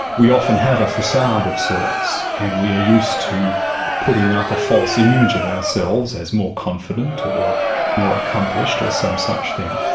we often have a facade of sorts, and we are used to putting up a false image of ourselves as more confident, or more accomplished or some such thing,